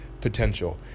potential